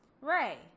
Ray